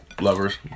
lovers